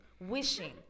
wishing